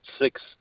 six